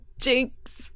Jinx